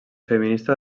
feminista